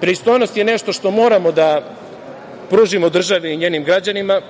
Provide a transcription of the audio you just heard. Pristojnost je nešto što moramo da pružimo državi i njenim građanima.